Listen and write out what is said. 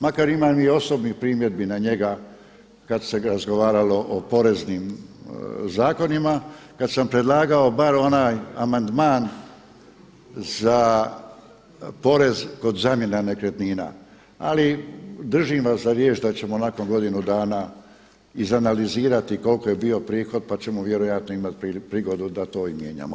Makar imam i osobnih primjedbi na njega kada se razgovaralo o poreznim zakonima, kada sam predlagao bar onaj amandman za porez kod zamjena nekretnina, ali držim vas za riječ da ćemo nakon godinu dana izanalizirati koliki je bio prihod pa ćemo vjerojatni imati prigodu da to i mijenjamo.